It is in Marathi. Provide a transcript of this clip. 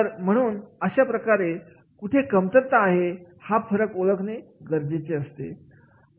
आणि म्हणून अशा प्रकारांमध्ये कुठे कमतरता आहे हा फरक ओळखणे गरजेचे असते